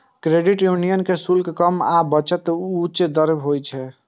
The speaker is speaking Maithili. क्रेडिट यूनियन के शुल्क कम आ बचत दर उच्च होइ छै